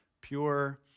pure